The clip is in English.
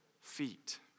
feet